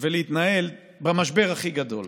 ולהתנהל במשבר הכי גדול.